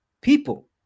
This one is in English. people